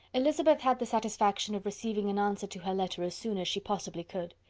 elizabeth had the satisfaction of receiving an answer to her letter as soon as she possibly could.